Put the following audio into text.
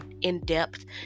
in-depth